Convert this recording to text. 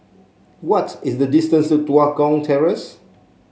what is the distance Tua Kong Terrace